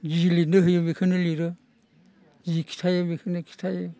जि लिरनो होयो बेखौनो लिरो जि खिथायो बेखौनो खिथायो